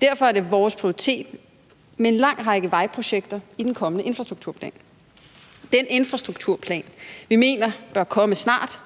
Derfor er det vores prioritet med en lang række vejprojekter i den kommende infrastrukturplan – den infrastrukturplan, vi mener bør komme snart.